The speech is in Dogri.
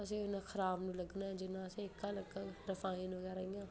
असेंगी खराब निं लगग जिन्ना असें गी एह्का लगग रिफाईन बगैरा